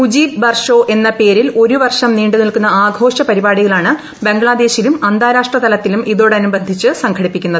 മുജിബ് ബർഷോ എന്ന പേരിൽ ഒരു വർഷം നീണ്ടു നിൽക്കുന്ന ആഘോഷ പരിപാടികളാണ് ബംഗ്ലാദേശിലും അന്താരാഷ്ട്ര തലത്തിലും ഇതോടനുബന്ധിച്ച് സംഘടിപ്പിക്കുന്നത്